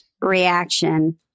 reaction